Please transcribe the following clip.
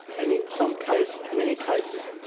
and in some case, many cases,